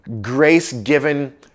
grace-given